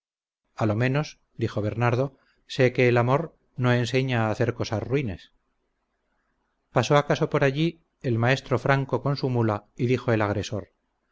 a lo menos dijo bernardo sé que el amor no enseña a hacer cosas ruines pasó acaso por allí el maestro franco con su mula y dijo el agresor